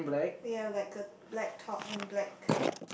ya like a black top and black